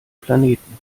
planeten